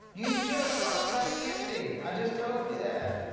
you just brought it back empty. i just told you that.